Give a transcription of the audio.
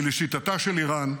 כי לשיטתה של איראן,